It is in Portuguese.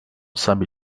sabe